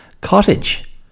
cottage